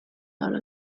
out